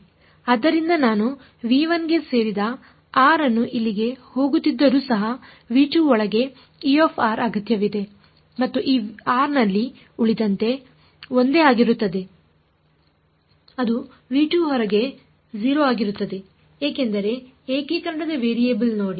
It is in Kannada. ಆದ್ದರಿಂದ ನಾನು ಗೆ ಸೇರಿದ r ಅನ್ನು ಇಲ್ಲಿಗೆ ಹೋಗುತ್ತಿದ್ದರೂ ಸಹ ಒಳಗೆ ಅಗತ್ಯವಿದೆ ಮತ್ತು ಈ ಆರ್ ನಲ್ಲಿ ಉಳಿದಂತೆ ಒಂದೇ ಆಗಿರುತ್ತದೆ ಅದು ಹೊರಗೆ 0 ಆಗಿರುತ್ತದೆ ಏಕೆಂದರೆ ಏಕೀಕರಣದ ವೇರಿಯಬಲ್ ನೋಡಿ